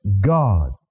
God